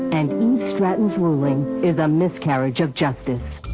and eve stratton's ruling is a miscarriage of justice.